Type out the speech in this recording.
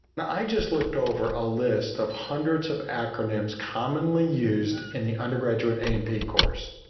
i just looked over a list of hundreds of acronyms commonly used in the undergraduate a and p course.